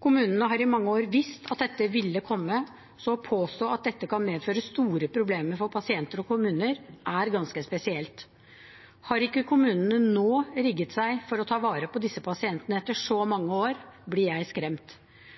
Kommunene har i mange år visst at dette ville komme, så å påstå at dette kan medføre store problemer for pasienter og kommuner, er ganske spesielt. Har ikke kommunene nå rigget seg for å ta vare på disse pasientene, etter så mange år, blir jeg skremt.